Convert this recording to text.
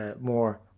more